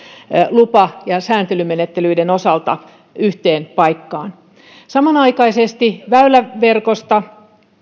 lupa ja sääntelymenettelyiden osalta yhteen paikkaan samanaikaisesti väyläverkosta